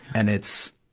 and it's,